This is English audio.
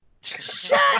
Shut